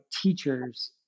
teachers